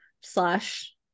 slash